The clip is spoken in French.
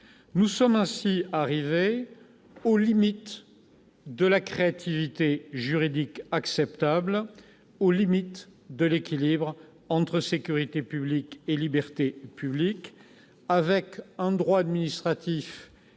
Nous sommes aussi arrivés aux limites de la créativité juridique acceptable, aux limites de l'équilibre entre sécurité publique et libertés publiques, avec un droit administratif